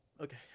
Okay